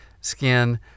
skin